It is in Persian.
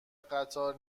قطار